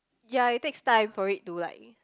ya it takes time for it to like